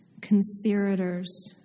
conspirators